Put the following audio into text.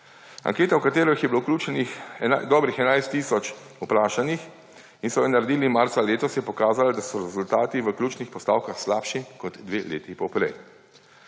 Anketa, v katero je bilo vključenih dobrih 11 tisoč vprašanih in so jo naredili marca letos, je pokazala, da so rezultati v ključnih postavkah slabši kot dve leti poprej.